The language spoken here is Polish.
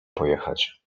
pojechać